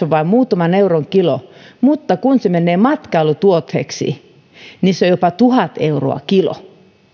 on vain muutaman euron kilo niin kun se menee matkailutuotteeksi niin se on jopa tuhat euroa kilo